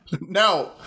No